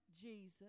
Jesus